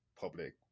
public